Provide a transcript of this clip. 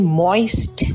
moist